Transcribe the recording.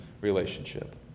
relationship